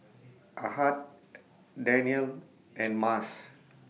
Ahad Danial and Mas